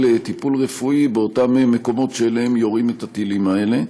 טיפול רפואי באותם מקומות שאליהם יורים את הטילים האלה.